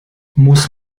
muss